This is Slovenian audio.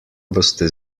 boste